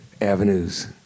avenues